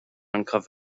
uncovered